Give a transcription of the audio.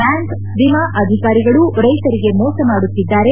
bank ವಿಮಾ ಅಧಿಕಾರಿಗಳು ರೈತರಿಗೆ ಮೋಸ ಮಾಡುತ್ತಿದ್ದಾರೆ